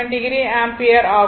7o ampere ஆகும்